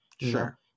Sure